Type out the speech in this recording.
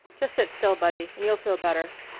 just sit still, buddy, and you'll feel better.